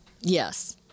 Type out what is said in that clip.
Yes